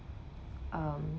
um